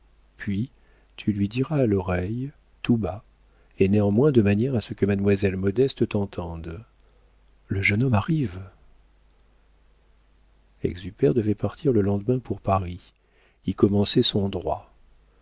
puis tu lui diras à l'oreille tout bas et néanmoins de manière que mademoiselle modeste t'entende le jeune homme arrive exupère devait partir le lendemain pour paris y commencer son droit